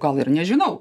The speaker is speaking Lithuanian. kol ir nežinau